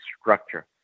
structure